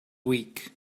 weak